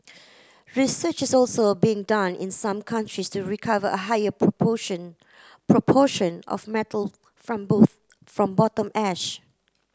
research is also being done in some countries to recover a higher proportion proportion of metal from both from bottom ash